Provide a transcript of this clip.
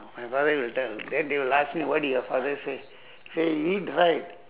my father will tell then they will ask me what did your father say he say eat right